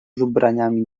ubraniami